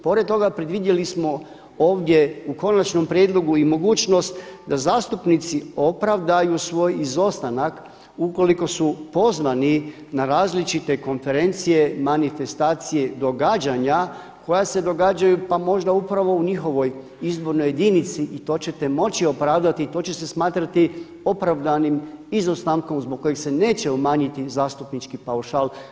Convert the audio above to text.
Pored toga predvidjeli smo ovdje u konačnom prijedlogu i mogućnost da zastupnici opravdaju svoj izostanak ukoliko su pozvani na različite konferencije, manifestacije, događanja koja se događaju pa možda upravo u njihovoj izbornoj jedinici i to ćete moći opravdati i to će se smatrati opravdanim izostankom zbog kojih se neće umanjiti zastupnički paušal.